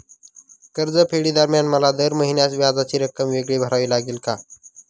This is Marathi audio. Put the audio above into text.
कर्जफेडीदरम्यान मला दर महिन्यास व्याजाची रक्कम वेगळी भरावी लागेल का?